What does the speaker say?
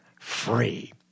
free